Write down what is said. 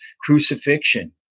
crucifixion